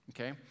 okay